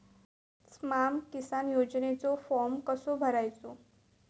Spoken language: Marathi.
स्माम किसान योजनेचो फॉर्म कसो भरायचो?